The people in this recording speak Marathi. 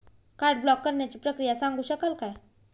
कार्ड ब्लॉक करण्याची प्रक्रिया सांगू शकाल काय?